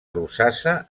rosassa